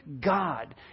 God